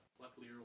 luckily